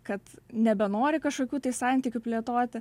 kad nebenori kažkokių tai santykių plėtoti